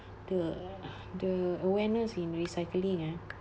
the the awareness in recycling ah